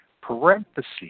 parenthesis